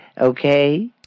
Okay